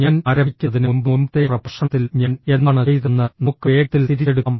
ഞാൻ ആരംഭിക്കുന്നതിന് മുമ്പ് മുമ്പത്തെ പ്രഭാഷണത്തിൽ ഞാൻ എന്താണ് ചെയ്തതെന്ന് നമുക്ക് വേഗത്തിൽ തിരിച്ചെടുക്കാം